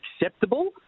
acceptable